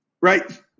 Right